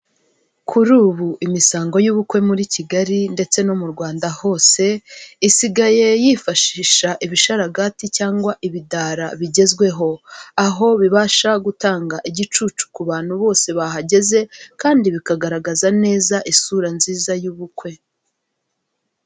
Kuri ubu imisango y'ubukwe muri Kigali ndetse no mu Rwanda hose isigaye yifashisha ibisharagati cyangwa ibidara bigezweho. Aho bibasha gutanga igicucu ku bantu bose bahageze kandi bikagaragaza neza isura nziza y'ubukwe.